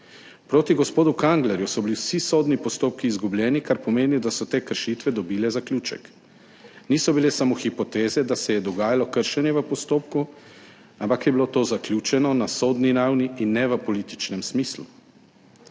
Proti gospodu Kanglerju so bili vsi sodni postopki izgubljeni, kar pomeni, da so te kršitve dobile zaključek. Niso bile samo hipoteze, da se je dogajalo kršenje v postopku, ampak je bilo to zaključeno na sodni ravni in ne v političnem smislu.